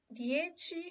dieci